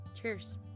Cheers